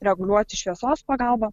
reguliuoti šviesos pagalba